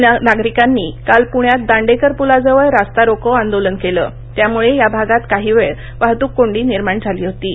या नागरिकांनी काल पुण्यात दांडेकर पुलाजवळ रास्ता रोको आंदोलन केलं त्यामुळे या भागात काही वेळ वाहतूककोंडी निर्माण झाली होती